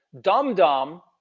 dum-dum